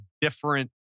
different